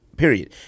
Period